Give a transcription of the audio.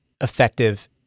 effective